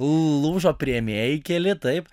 lūžo priėmėjai keli taip